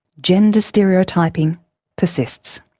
gender stereotyping persists.